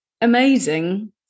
amazing